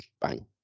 Bang